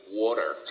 water